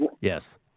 Yes